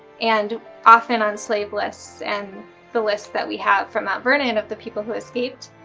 and often on slave lists and the lists that we have from mount vernon of the people who escaped,